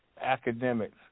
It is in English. academics